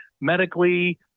medically